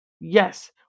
Yes